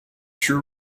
true